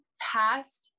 past